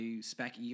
spec